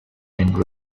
and